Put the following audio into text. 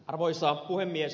arvoisa puhemies